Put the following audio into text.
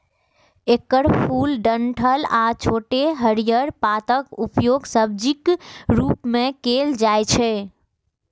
एकर फूल, डंठल आ छोट हरियर पातक उपयोग सब्जीक रूप मे कैल जाइ छै